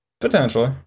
Potentially